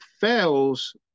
fails